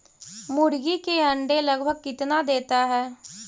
मुर्गी के अंडे लगभग कितना देता है?